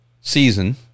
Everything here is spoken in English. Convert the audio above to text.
season